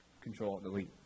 control-delete